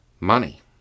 Money